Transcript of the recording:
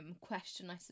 question